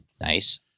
Nice